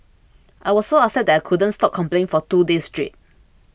I was so upset that I couldn't stop complaining for two days straight